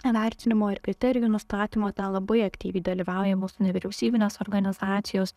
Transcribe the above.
vertinimo ir kriterijų nustatymo ten labai aktyviai dalyvauja mūsų nevyriausybinės organizacijos